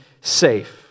safe